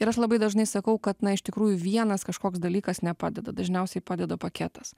ir aš labai dažnai sakau kad na iš tikrųjų vienas kažkoks dalykas nepadeda dažniausiai padeda paketas